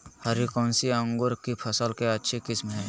हरी कौन सी अंकुर की फसल के अच्छी किस्म है?